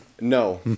No